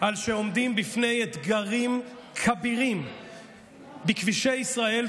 העומדים בפני אתגרים כבירים בכבישי ישראל.